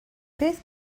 beth